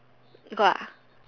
got ah